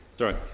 Sorry